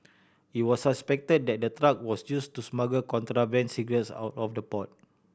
it was suspected that the truck was use to smuggle contraband cigarettes out of the port